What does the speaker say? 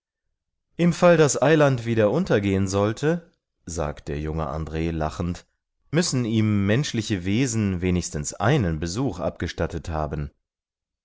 im fall das eiland wieder untergehen sollte sagt der junge andr lachend müssen ihm menschliche wesen wenigstens einen besuch abgestattet haben